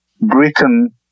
Britain